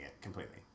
completely